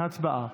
הצבעה.